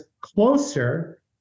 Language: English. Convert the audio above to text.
closer